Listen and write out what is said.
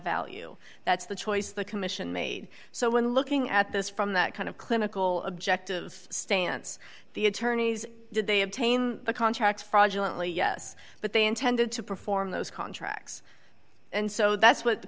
value that's the choice the commission made so when looking at this from that kind of clinical objective stance the attorneys did they obtain the contracts fraudulent lee yes but they intended to perform those contracts and so that's what the